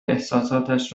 احساساتش